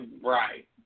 Right